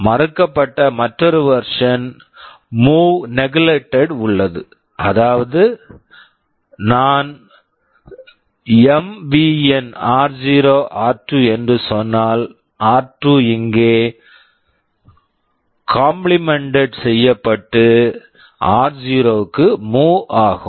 மறுக்கப்பட்ட மற்றொரு version version move neglected move neglected உள்ளது அதாவது நான் எம்விஎன் ஆர்0 ஆர்2 MVN r0 r2 என்று சொன்னால் ஆர்2 r2 இங்கே காம்ப்ளிமென்டெட்டட் complemented செய்யப்பட்டு ஆர்0 r0 க்கு மூவ் move ஆகும்